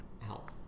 Help